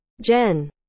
Jen